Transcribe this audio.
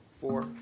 four